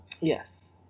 Yes